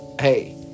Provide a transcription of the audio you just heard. hey